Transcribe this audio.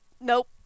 Nope